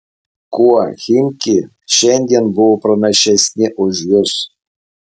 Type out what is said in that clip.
kuo chimki šiandien buvo pranašesni už jus